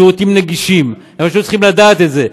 השירותים נגישים, והם פשוט צריכים לדעת את זה.